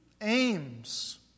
aims